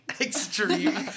Extreme